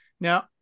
Now